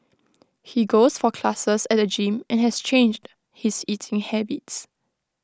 he goes for classes at the gym and has changed his eating habits